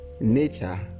nature